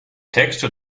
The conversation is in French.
textes